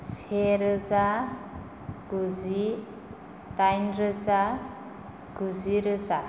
से रोजा गुजि दाइन रोजा गुजि रोजा